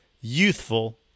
youthful